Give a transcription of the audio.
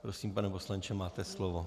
Prosím, pane poslanče, máte slovo.